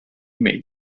made